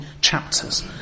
chapters